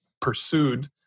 pursued